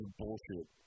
bullshit